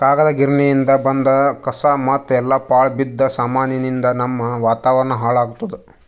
ಕಾಗದ್ ಗಿರಣಿಯಿಂದ್ ಬಂದ್ ಕಸಾ ಮತ್ತ್ ಎಲ್ಲಾ ಪಾಳ್ ಬಿದ್ದ ಸಾಮಾನಿಯಿಂದ್ ನಮ್ಮ್ ವಾತಾವರಣ್ ಹಾಳ್ ಆತ್ತದ